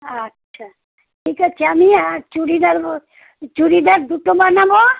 আচ্ছা ঠিক আছে আমি চুড়িদার ব চুড়িদার দুটো বানাবো